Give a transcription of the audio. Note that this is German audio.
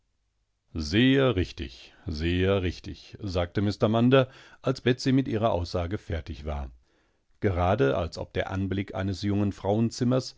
sehr richtig sehr richtig sagte mr munder als betsey mit ihrer aussage fertig war gerade als ob der anblick eines jungen frauenzimmers